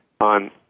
on